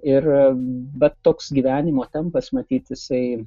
ir bet toks gyvenimo tempas matyt jisai